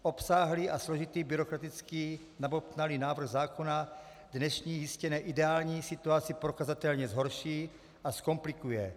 Obsáhlý, složitý a byrokraticky nabobtnalý návrh zákona dnešní, jistě ne ideální situaci prokazatelně zhorší a zkomplikuje.